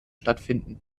stattfinden